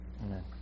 Amen